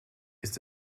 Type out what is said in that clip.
ist